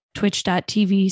Twitch.tv